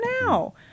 now